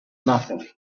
nothing